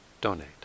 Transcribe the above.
donate